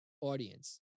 audience